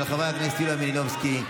של חברת הכנסת יוליה מלינובסקי,